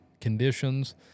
conditions